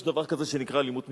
יש דבר כזה שנקרא אלימות משטרה.